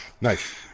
Nice